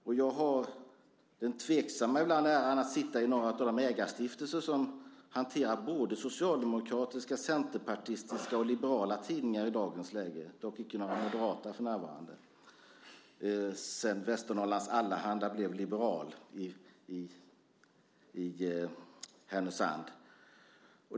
Och jag har den ibland tveksamma äran att sitta i några av de ägarstiftelser som hanterar socialdemokratiska, centerpartistiska och liberala tidningar i dagens läge, dock icke några moderata för närvarande, sedan Västernorrlands Allehanda i Härnösand blev liberal.